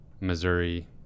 Missouri